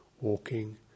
Walking